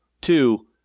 Two